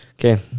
Okay